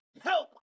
help